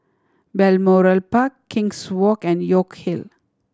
Balmoral Park King's Walk and York Hill